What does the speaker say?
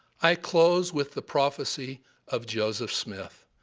i close with the prophecy of joseph smith,